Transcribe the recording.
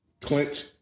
clinch